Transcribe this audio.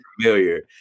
familiar